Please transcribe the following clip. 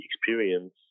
experience